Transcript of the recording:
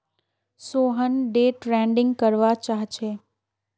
Sohan day trading करवा चाह्चे